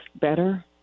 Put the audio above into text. better